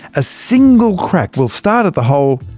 a single crack will start at the hole,